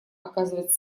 оказывать